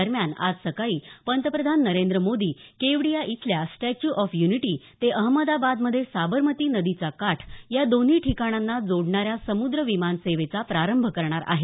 दरम्यान आज सकाळी पंतप्रधान नरेंद्र मोदी यांनी केवडिया इथल्या स्टॅच्यू ऑफ य्निटी ते अहमदाबादमधे साबरमती नदीचा काठ या दोन्ही ठिकाणांना जोडणाऱ्या समूद्र विमानसेवेचा प्रारंभ करणार आहेत